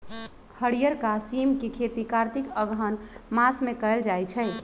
हरियरका सिम के खेती कार्तिक अगहन मास में कएल जाइ छइ